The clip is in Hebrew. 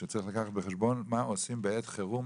שצריך לקחת בחשבון מה עושים בעת חירום,